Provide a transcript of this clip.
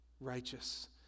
righteous